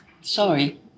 Sorry